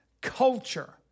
culture